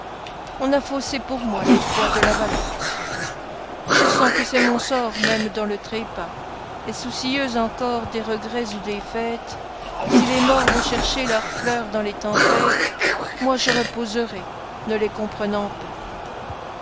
on a faussé pour moi les poids de la balance je sens que c'est mon sort même dans le trépas et soucieux encor des regrets ou des fêtes si les morts vont chercher leurs fleurs dans les tempêtes moi je reposerai ne les comprenant pas